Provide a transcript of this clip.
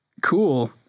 cool